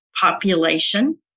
population